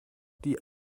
die